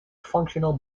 functional